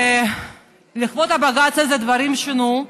לכבוד הבג"ץ הדברים שונו,